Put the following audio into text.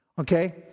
Okay